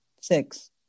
Six